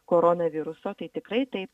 koronaviruso tai tikrai taip